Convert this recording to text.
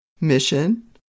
mission